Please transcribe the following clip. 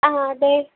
ആ അതെ